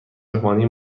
مهمانی